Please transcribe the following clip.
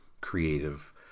creative